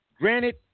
Granted